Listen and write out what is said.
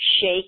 shake